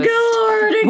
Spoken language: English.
God